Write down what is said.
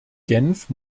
genf